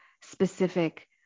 specific